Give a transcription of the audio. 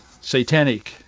satanic